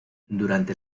durante